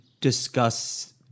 discuss